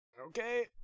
Okay